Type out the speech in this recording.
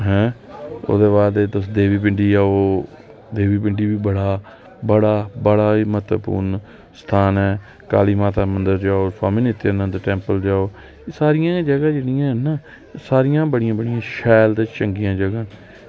ओह्दे बाद तुस देवी पिंडी आओ देवी पिंडी बड़ा बड़ा बड़ा ई महत्वपूर्ण स्थान ऐ काली माता दा मंदर जेह्ड़ा ओह् सामनै दित्ते दे कैंप च ऐ ओह् एह् सारियां जगह जेह्ड़ियां हैन ना ओह् सारियां बड़ियां बड़ियां ते चंगियां जगहां न